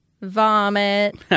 vomit